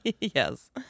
yes